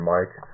Mike